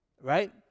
Right